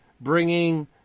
bringing